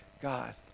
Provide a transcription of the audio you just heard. God